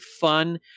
fun